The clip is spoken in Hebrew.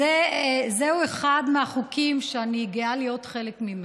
זהו אחד מהחוקים שאני גאה להיות חלק מהם.